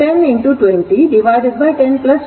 ಆದ್ದರಿಂದ ಇದು 200 30 203 Ω ಆಗುತ್ತದೆ